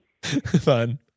Fun